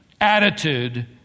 attitude